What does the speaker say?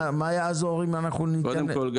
קודם כל,